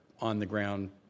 on-the-ground